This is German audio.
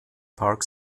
park